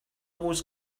wars